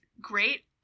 great